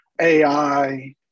AI